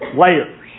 layers